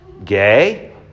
Gay